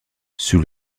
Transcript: sous